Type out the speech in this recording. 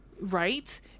Right